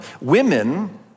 Women